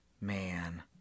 Man